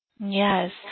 Yes